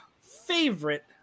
favorite